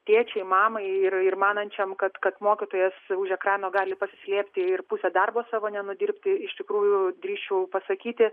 tėčiui mamai ir ir manančiam kad kad mokytojas už ekrano gali pasislėpti ir pusę darbo savo nenudirbti iš tikrųjų drįsčiau pasakyti